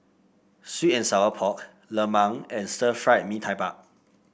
sweet and Sour Pork lemang and Stir Fried Mee Tai Mak